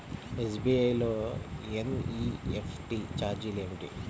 SBI లో NEFT ఛార్జీలు ఏమిటి?